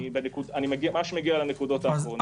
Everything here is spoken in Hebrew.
אני ממש מגיעה לנקודות האחרונות.